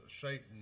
Satan